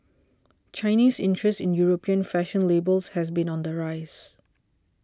Chinese interest in European fashion labels has been on the rise